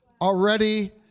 already